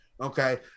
Okay